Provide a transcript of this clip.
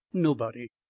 nobody.